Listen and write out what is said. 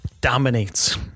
dominates